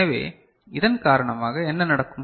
எனவே இதன் காரணமாக என்ன நடக்கும்